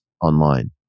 online